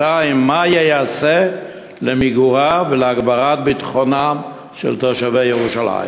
מה ייעשה למיגורה ולהגברת ביטחונם של תושבי ירושלים?